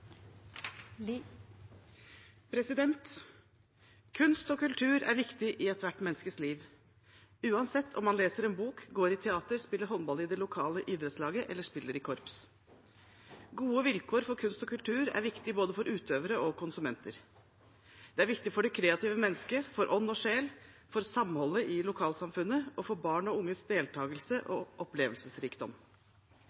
viktig i ethvert menneskes liv, uansett om man leser en bok, går i teater, spiller håndball i det lokale idrettslaget eller spiller i korps. Gode vilkår for kunst og kultur er viktig for både utøvere og konsumenter. Det er viktig for det kreative mennesket, for ånd og sjel, for samholdet i lokalsamfunnet og for barn og unges deltagelse og